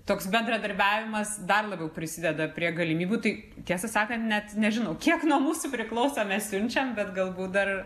toks bendradarbiavimas dar labiau prisideda prie galimybių tai tiesą sakant net nežinau kiek nuo mūsų priklauso mes siunčiam bet galbūt dar